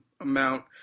amount